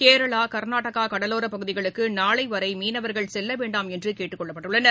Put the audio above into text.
கேரளா கர்நாடகா கடலோர பகுதிகளுக்கு நாளை வரை மீனவர்கள் செல்வேண்டாம் என்று கேட்டுக்கொள்ளப்பட்டுள்ளனர்